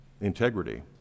integrity